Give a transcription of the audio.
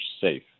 safe